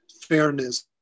fairness